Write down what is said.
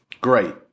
great